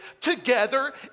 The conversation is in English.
together